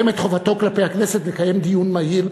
את חובתו כלפי הכנסת ומקיים דיון מהיר,